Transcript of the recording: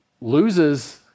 loses